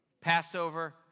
Passover